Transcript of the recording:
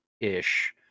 ish